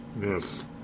Yes